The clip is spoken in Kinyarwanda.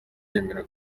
yemera